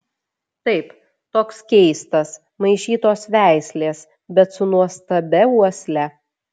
taip toks keistas maišytos veislės bet su nuostabia uosle